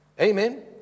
Amen